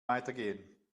weitergehen